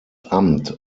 amt